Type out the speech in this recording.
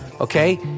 Okay